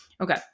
Okay